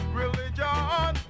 religion